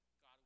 God